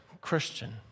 Christian